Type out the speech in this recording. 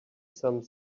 some